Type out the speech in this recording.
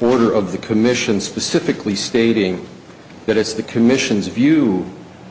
order of the commission specifically stating that it's the commission's view